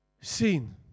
seen